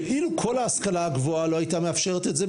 ואילו כל ההשכלה הגבוהה לא הייתה מאפשרת את זה,